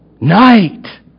night